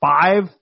five